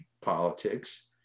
politics